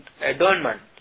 adornment